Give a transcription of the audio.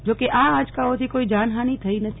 જોકે આ આંચકાઓથી કોઈ જાનહાની થઈ નથી